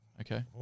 Okay